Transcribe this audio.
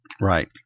Right